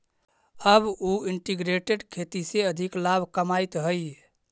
अब उ इंटीग्रेटेड खेती से अधिक लाभ कमाइत हइ